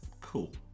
cool